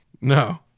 No